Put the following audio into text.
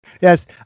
Yes